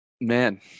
Man